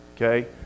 Okay